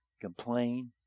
Complain